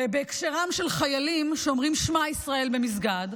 בהקשרם של חיילים שאומרים שמע ישראל במסגד,